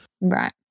Right